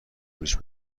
فروشی